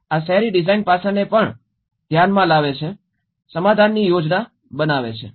આ શહેરી ડિઝાઇન પાસાંને પણ નાનામાં લાવે છે સમાધાનની યોજના બનાવે છે